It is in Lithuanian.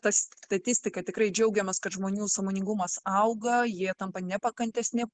ta statistika tikrai džiaugiamės kad žmonių sąmoningumas auga jie tampa nepakantesni